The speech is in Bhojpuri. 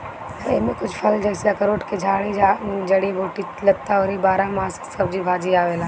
एमे कुछ फल जइसे अखरोट के झाड़ी, जड़ी बूटी, लता अउरी बारहमासी सब्जी भाजी आवेला